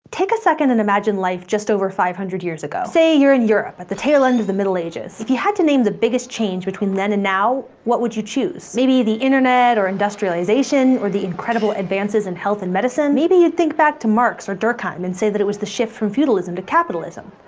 take a second and imagine life just over five hundred years ago. say you're in europe, at the tail end of the middle ages. if you had to name the biggest change between then and now, what would you choose? maybe the internet, or industrialization, or the incredible advances in health and medicine. maybe you'd think back to marx or durkheim and say that it was the shift from feudalism to capitalism.